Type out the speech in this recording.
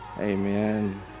Amen